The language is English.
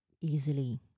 easily